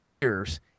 years